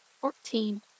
Fourteen